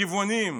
הגבעונים,